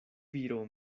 viro